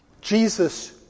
Jesus